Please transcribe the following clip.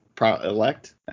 elect